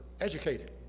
educated